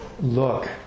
look